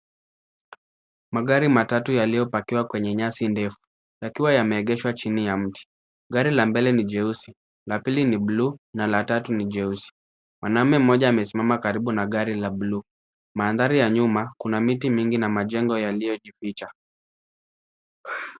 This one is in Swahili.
Magari matatu yaliyopakiwa kwenye nyasi ndefu, yakiwa yameegeshwa chini ya mti. Gari la mbele ni jeusi, la pili ni buluu na la tatu ni jeusi. Mwanaume mmoja amesimama karibu na gari la buluu. Mandhari ya nyuma kuna miti mingi na majengo yaliyojificha.